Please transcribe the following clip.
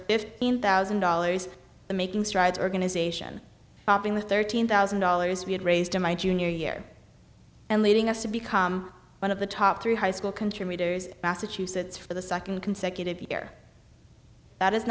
fifteen thousand dollars the making strides organization being the thirteen thousand dollars we had raised in my junior year and leading us to become one of the top three high school contributors massachusetts for the second consecutive year that is